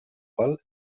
qual